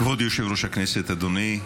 כבוד יושב-ראש הכנסת, אדוני,